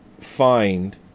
find